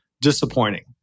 disappointing